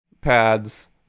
pads